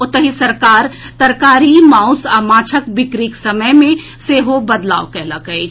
ओतहि सरकार तरकारी माउस आ मांछक बिक्रीक समय मे सेहो बदलाव कयलक अछि